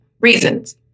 reasons